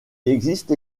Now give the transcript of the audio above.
existe